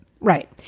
Right